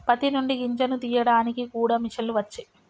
పత్తి నుండి గింజను తీయడానికి కూడా మిషన్లు వచ్చే